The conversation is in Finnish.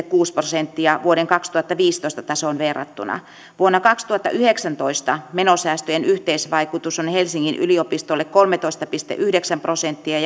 kuusi prosenttia vuoden kaksituhattaviisitoista tasoon verrattuna vuonna kaksituhattayhdeksäntoista menosäästöjen yhteisvaikutus on helsingin yliopistolle kolmetoista pilkku yhdeksän prosenttia